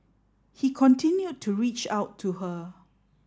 he continued to reach out to her